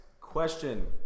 question